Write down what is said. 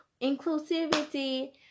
inclusivity